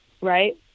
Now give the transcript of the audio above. right